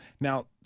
Now